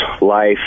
life